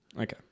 Okay